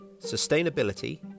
sustainability